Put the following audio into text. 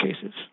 cases